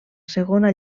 segona